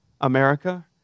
America